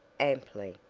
amply.